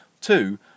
Two